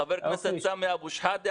חבר הכנסת סמי אבו שחאדה,